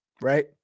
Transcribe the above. right